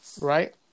right